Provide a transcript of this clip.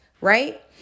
Right